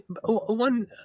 one